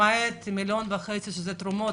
למעט מיליון וחצי מתרומות.